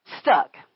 Stuck